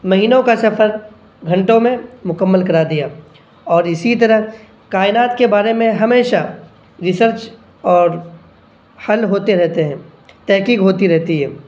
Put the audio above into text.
مہینوں کا سفر گھنٹوں میں مکمل کرا دیا اور اسی طرح کائنات کے بارے میں ہمیشہ ریسرچ اور حل ہوتے رہتے ہیں تحقیق ہوتی رہتی ہے